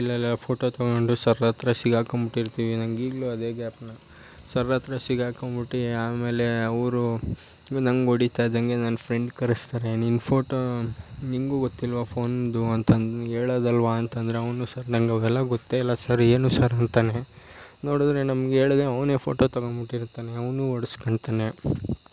ಮೊಬೈಲೆಲ್ಲ photo ತಗೊಂಡು sir ಹತ್ರ ಸಿಕ್ಕಾಕೊಂಡು ಬಿಟ್ಟಿರ್ತೀವಿ ನಂಗೆ ಈಗಲೂ ಅದೇ ಸರ್ ಹತ್ರ ಸಿಗಾಕೊಂಡ್ಬಿಟ್ಟು ಆಮೇಲೆ ಅವರು ನಂಗೆ ಹೊಡಿತಾ ಇದ್ದಂತೆ ನನ್ನ ಫ್ರೆಂಡ್ ಕರೆಸ್ತಾರೆ ನಿನ್ನ ಫೋಟೋ ನಿನಗೂ ಗೊತ್ತಿಲ್ವ ಫೋನ್ದು ಅಂತಂದು ಹೇಳೋದಲ್ವ ಅಂತ ಅಂದ್ರೆ ಅವನು ಸರ್ ನಂಗೆ ಅವೆಲ್ಲ ಗೊತ್ತೆ ಇಲ್ಲ ಸರ್ ಏನು ಸರ್ ಅಂತಾನೆ ನೋಡಿದ್ರೆ ನಮ್ಗೆ ಹೇಳ್ದೆ ಅವನೇ ಫೋಟೋ ತಗೊಂಡು ಬಿಟ್ಟಿರ್ತಾನೆ ಅವನು ಹೊಡ್ಸ್ಕೊಳ್ತಾನೆ